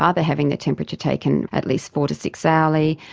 are they having their temperature taken at least four to six hourly,